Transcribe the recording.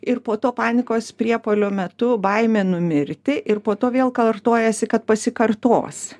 ir po to panikos priepuolio metu baimė numirti ir po to vėl kartojasi kad pasikartos